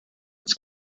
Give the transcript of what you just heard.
its